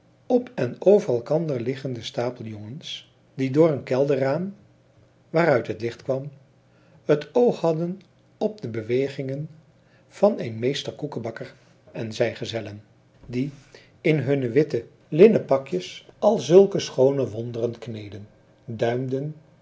op en over elkander liggenden stapel jongens die door een kelderraam waaruit het licht kwam het oog hadden op de bewegingen van een meester koekebakker en zijne gezellen die in hunne witte linnen pakjes alzulke schoone wonderen kneedden duimden